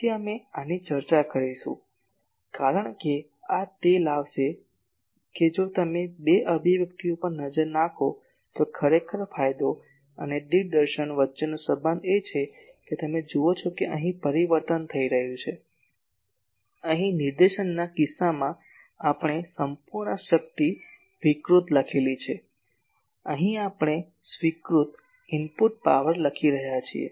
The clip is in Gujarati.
તેથી અમે આની ચર્ચા કરીશું કારણ કે આ તે લાવશે કે જો તમે બે અભિવ્યક્તિઓ પર નજર નાખો તો ખરેખર ફાયદો અને દિગ્દર્શન વચ્ચેનો સંબંધ એ છે કે તમે જુઓ છો કે અહીં પરિવર્તન થઈ રહ્યું છે અહીં નિર્દેશનના કિસ્સામાં આપણે સંપૂર્ણ શક્તિ વિકૃત લખેલી છે અહીં આપણે સ્વીકૃત ઇનપુટ પાવર લખી રહ્યા છીએ